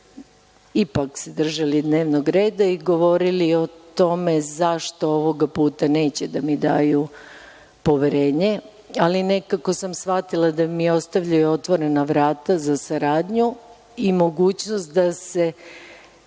ipak se držali dnevnog reda i govorili o tome zašto ovoga puta neće da mi daju poverenje, ali nekako sam shvatila da mi ostavljaju otvorena vrata za saradnju i mogućnost da se